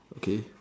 okay